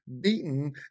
beaten